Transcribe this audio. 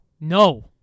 No